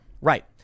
right